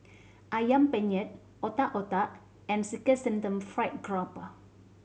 Ayam Penyet Otak Otak and Chrysanthemum Fried Grouper